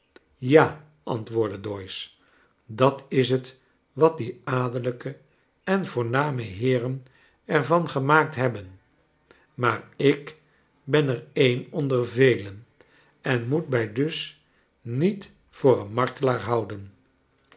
ja antwoordde doyce dat is het wat die adellijke en voorname heeren er van gemaakt hebben maar ik ben er een onder velen en moei mij dus niet voor een martelaar houden